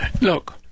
Look